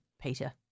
Peter